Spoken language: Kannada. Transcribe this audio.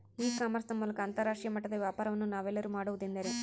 ಇ ಕಾಮರ್ಸ್ ನ ಮೂಲಕ ಅಂತರಾಷ್ಟ್ರೇಯ ಮಟ್ಟದ ವ್ಯಾಪಾರವನ್ನು ನಾವೆಲ್ಲರೂ ಮಾಡುವುದೆಂದರೆ?